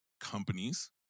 companies